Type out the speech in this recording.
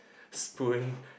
spoon